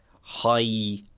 high